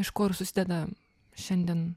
iš ko ir susideda šiandien